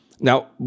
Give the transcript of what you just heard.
Now